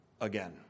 again